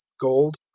gold